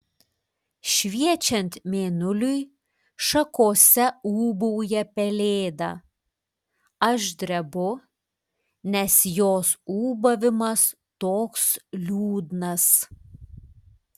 šviečiant mėnuliui šakose ūbauja pelėda aš drebu nes jos ūbavimas toks liūdnas